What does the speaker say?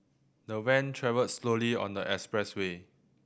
the van travelled slowly on the expressway